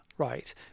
right